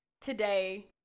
Today